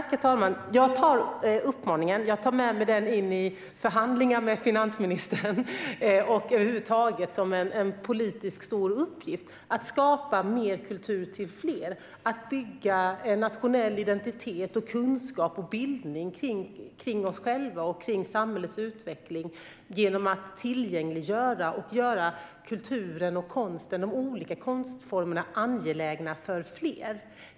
Herr talman! Jag tar med mig uppmaningen in i förhandlingar med finansministern. Jag tar det över huvud taget som en stor politisk uppgift att skapa mer kultur till fler och att bygga en nationell identitet, kunskap och bildning kring oss själva och kring samhällets utveckling genom att tillgängliggöra kulturen. Det handlar om att göra kulturen, konsten och de olika konstformerna angelägna för fler.